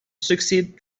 succeed